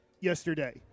yesterday